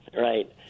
right